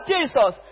Jesus